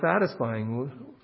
satisfying